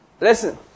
Listen